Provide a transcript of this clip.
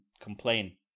complain